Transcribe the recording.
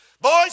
Boys